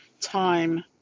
time